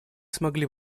смогли